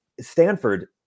Stanford